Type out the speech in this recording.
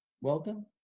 Welcome